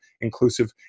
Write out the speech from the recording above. inclusive